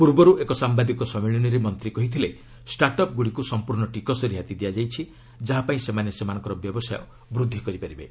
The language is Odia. ପୂର୍ବରୁ ଏକ ସାମ୍ଭାଦିକ ସମ୍ମିଳନୀରେ ମନ୍ତ୍ରୀ କହିଥିଲେ ଷ୍ଟାର୍ଟ୍ଅପ୍ ଗୁଡ଼ିକୁ ସମ୍ପର୍ଣ୍ଣ ଟିକସ ରିହାତି ଦିଆଯାଇଛି ଯାହାପାଇଁ ସେମାନେ ସେମାନଙ୍କର ବ୍ୟବସାୟ ବୃଦ୍ଧି କରିପାରିବେ